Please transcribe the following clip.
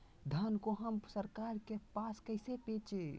धान को हम सरकार के पास कैसे बेंचे?